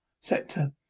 Sector